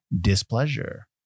displeasure